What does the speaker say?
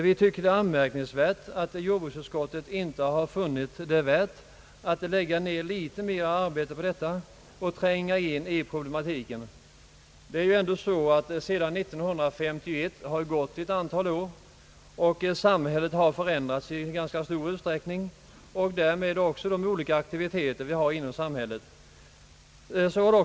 Vi tycker att det är anmärkningsvärt att jordbruksutskottet inte funnit det värt att lägga ned litet mera arbete på ärendet och tränga in i problematiken. Det är ju ändå så, att det gått ett antal år sedan 1951 och att samhället förändrats i ganska stor utsträckning och därmed också de olika aktiviteter som vi har inom samhället.